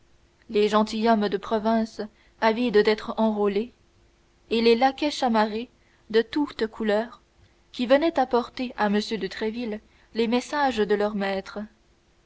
les gentilshommes de province avides d'être enrôlés et les laquais chamarrés de toutes couleurs qui venaient apporter à m de tréville les messages de leurs maîtres